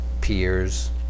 peers